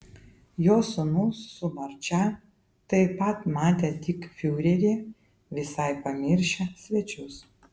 jo sūnus su marčia taip pat matė tik fiurerį visai pamiršę svečius